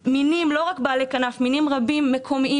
שפוגעות לא רק בבעלי כנף אלא במינים רבים מקומיים.